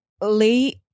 late